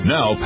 Now